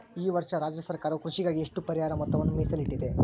ಈ ವರ್ಷ ರಾಜ್ಯ ಸರ್ಕಾರವು ಕೃಷಿಗಾಗಿ ಎಷ್ಟು ಪರಿಹಾರ ಮೊತ್ತವನ್ನು ಮೇಸಲಿಟ್ಟಿದೆ?